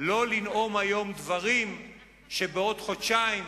לא לנאום היום דברים שבעוד חודשיים,